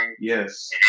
yes